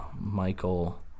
Michael